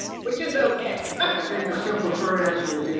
which is okay. i think the simple, short answer is, yeah